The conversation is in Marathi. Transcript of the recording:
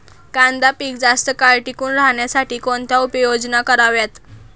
कांदा पीक जास्त काळ टिकून राहण्यासाठी कोणत्या उपाययोजना कराव्यात?